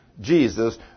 Jesus